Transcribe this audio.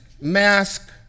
mask